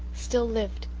still lived,